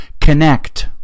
connect